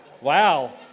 Wow